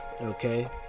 okay